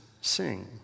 sing